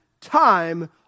time